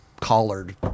collared